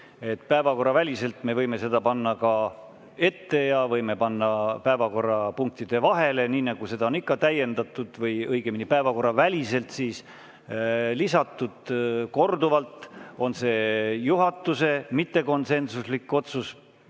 Päevakorraväliselt me võime seda panna ka ette ja võime panna päevakorrapunktide vahele, nii nagu ikka on päevakorda täiendatud, või õigemini, päevakorraväliseid punkte lisatud korduvalt, on see juhatuse mittekonsensuslik otsus,